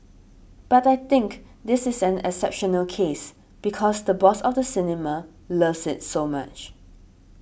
but I think this is an exceptional case because the boss of the cinema loves it so much